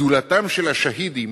גדולתם של השהידים,